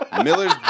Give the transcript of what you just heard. Miller's